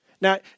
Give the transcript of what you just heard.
Now